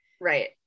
Right